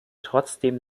trotzdem